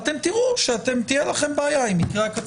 ואתם תראו שתהיה לכם בעיה עם מקרי הקצה.